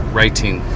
Writing